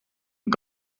een